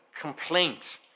complaint